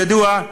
וידוע,